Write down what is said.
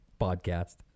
podcast